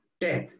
death